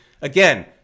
Again